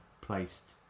placed